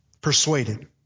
Persuaded